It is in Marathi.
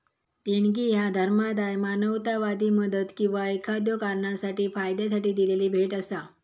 देणगी ह्या धर्मादाय, मानवतावादी मदत किंवा एखाद्यो कारणासाठी फायद्यासाठी दिलेली भेट असा